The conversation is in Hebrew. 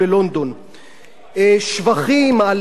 שבחים על "עיר החוף תל-אביב",